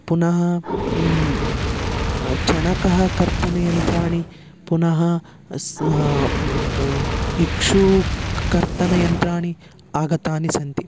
पुनः चणककर्तनयन्त्राणि पुनः स् इक्षूकर्तनयन्त्राणि आगतानि सन्ति